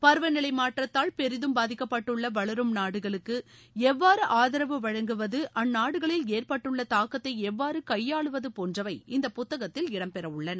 பருவநிலை மாற்றத்தால் பெரிதும் பாதிக்கப்பட்டுள்ள வளரும் நாடுகளுக்கு எவ்வாறு ஆதரவு வழங்குவது அந்நாடுகளில் ஏற்பட்டுள்ள தாக்கத்தை எவ்வாறு கைபாளுவது போன்றவை இந்த புத்தகத்தில் இடம் பெற்ற உள்ளன